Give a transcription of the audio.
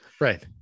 Right